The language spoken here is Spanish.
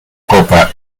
copa